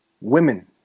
women